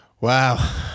Wow